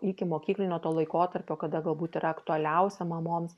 ikimokyklinio to laikotarpio kada galbūt yra aktualiausia mamoms